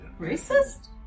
racist